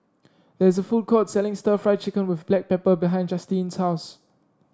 there is a food court selling stir Fry Chicken with Black Pepper behind Justine's house